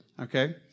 Okay